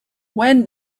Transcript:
when